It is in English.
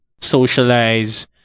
socialize